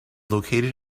located